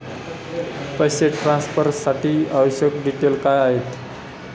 पैसे ट्रान्सफरसाठी आवश्यक डिटेल्स काय आहेत?